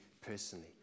personally